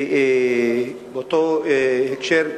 באותו הקשר,